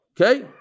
Okay